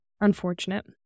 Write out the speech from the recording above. unfortunate